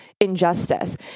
injustice